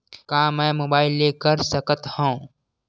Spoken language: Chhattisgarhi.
का मै मोबाइल ले कर सकत हव?